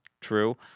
true